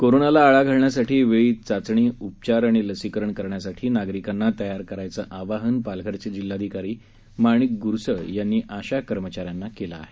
कोरोनाला आळा घालण्यासाठी वेळीच चाचणी उपचार आणि लसीकरण करण्यासाठी नागरिकांना तयार करण्याचं आवाहन पालघरचे जिल्हाधिकारी माणिक ग्रसळ यांनी आशा कर्मचाऱ्यांना केलं आहे